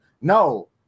no